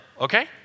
okay